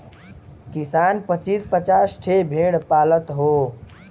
किसान पचीस पचास ठे भेड़ पालत हौ